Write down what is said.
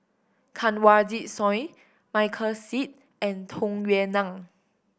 Kanwaljit Soin Michael Seet and Tung Yue Nang